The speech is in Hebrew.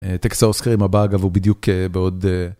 טקסט ההוסכרים הבא, אגב, הוא בדיוק בעוד...